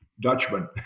Dutchman